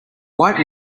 white